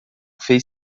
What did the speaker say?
fez